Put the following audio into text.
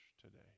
today